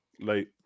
late